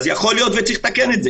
אין לו זכות וטו, אני מקבל את זה.